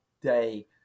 day